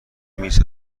میز